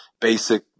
basic